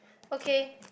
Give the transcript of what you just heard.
okay